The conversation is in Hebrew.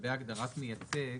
לגבי הגדרת מייצג,